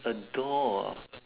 a door ah